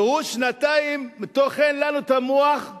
והוא שנתיים טוחן לנו את המוח,